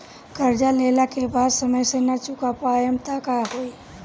कर्जा लेला के बाद समय से ना चुका पाएम त का होई?